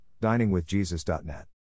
DiningWithJesus.net